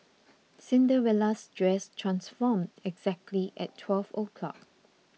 Cinderella's dress transformed exactly at twelve o'clock